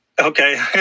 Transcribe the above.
Okay